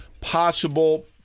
possible